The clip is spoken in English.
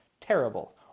Terrible